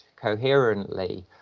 coherently